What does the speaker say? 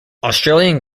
australian